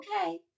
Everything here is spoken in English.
okay